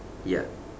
ya